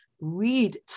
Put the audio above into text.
read